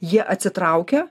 jie atsitraukia